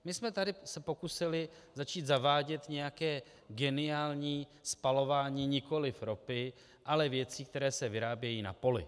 My jsme se tady pokusili začít zavádět nějaké geniální spalování, nikoliv ropy, ale věcí, které se vyrábějí na poli.